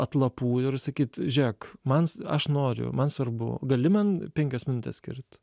atlapų ir sakyt žėk man aš noriu man svarbu gali man penkias minutes skirt